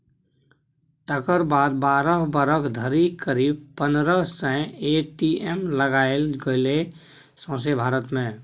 तकर बाद बारह बरख धरि करीब पनरह सय ए.टी.एम लगाएल गेलै सौंसे भारत मे